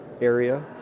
area